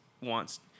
wants